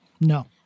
no